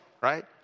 right